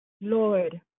Lord